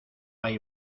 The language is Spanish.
hay